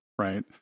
right